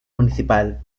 municipal